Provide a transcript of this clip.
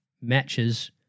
matches